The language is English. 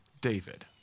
David